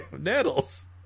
nettles